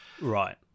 right